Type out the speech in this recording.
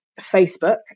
Facebook